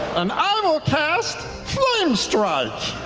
and i will cast flame strike.